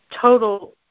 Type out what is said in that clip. total